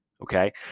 Okay